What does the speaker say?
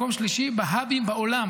מקום שלישי בהאבים בעולם.